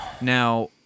Now